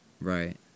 Right